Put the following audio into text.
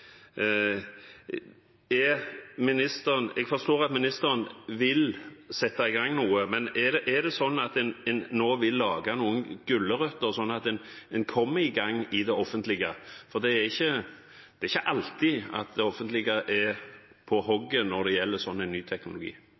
som ministeren selv snakket om, nemlig gründermiljøet, og dette med å lage innovative løsninger. Jeg forstår at ministeren vil sette i gang noe, men er det sånn at en nå vil så noen gulrøtter, slik at en kommer i gang i det offentlige, for det er ikke alltid det offentlige er på hugget når det gjelder ny teknologi.